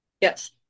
Yes